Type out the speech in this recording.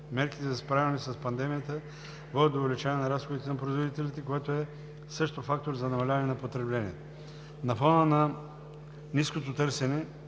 Мерките за справяне с пандемията водят до увеличаване на разходите на производителите, което също е фактор за намаляване на потреблението. На фона на ниското търсене